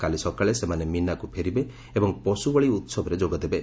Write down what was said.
କାଲି ସକାଳେ ସେମାନେ ମୀନା ଫେରିବେ ଏବଂ ପଶୁବଳୀ ଉହବରେ ଯୋଗ ଦେବେ